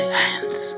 hands